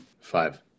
Five